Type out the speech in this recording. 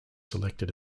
selected